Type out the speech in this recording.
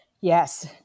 Yes